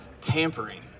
tampering